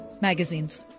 Magazines